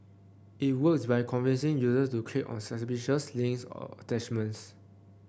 it works by convincing users to click on suspicious links or attachments